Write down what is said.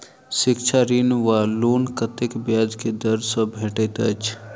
शिक्षा ऋण वा लोन कतेक ब्याज केँ दर सँ भेटैत अछि?